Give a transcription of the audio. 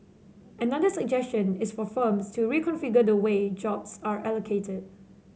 another suggestion is for firms to reconfigure the way jobs are allocated